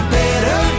better